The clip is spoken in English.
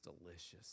delicious